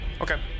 Okay